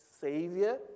Savior